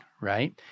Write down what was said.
right